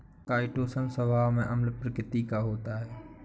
chitosan स्वभाव में अम्ल प्रकृति का होता है